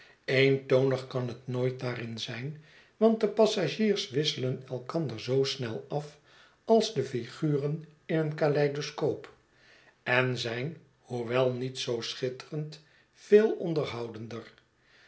eentonig kan het nooitdaarin zijn want de passagiers wisselen elkander zoo snel af als de figuren in een caleidoscoop en zijn hoewel niet zoo schitterend veel onderhoudender